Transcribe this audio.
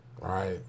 right